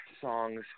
songs